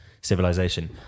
civilization